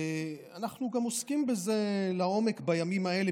ואנחנו עוסקים גם בזה לעומק בימים האלה,